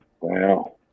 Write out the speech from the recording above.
Wow